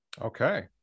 Okay